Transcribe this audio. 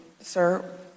sir